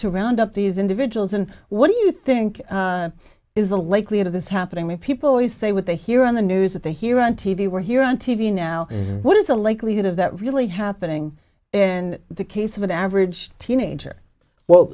to round up these individuals and what do you think is the likelihood of this happening when people always say what they hear on the news that they hear on t v we're here on t v now what is the likelihood of that really happening in the case of an average teenager well